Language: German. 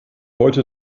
heute